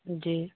جی